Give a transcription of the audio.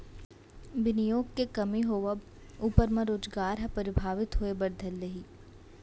बिनियोग के कमी होवब ऊपर म रोजगार ह परभाबित होय बर धर लिही